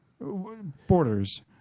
Borders